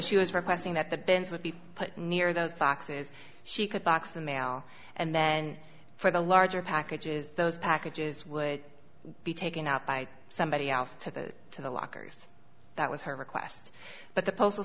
she was requesting that the bins would be put near those boxes she could box the mail and then for the larger packages those packages would be taken out by somebody else to the to the lockers that was her request but the postal